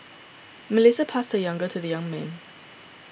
Melissa passed her younger to the young man